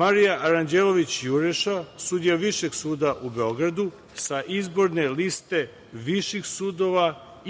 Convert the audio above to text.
Marija Aranđelović Juriša, sudija Višeg suda u Beogradu, sa izborne liste viših sudova